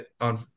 on